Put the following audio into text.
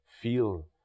feel